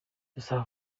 dusaba